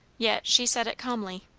yet she said it calmly.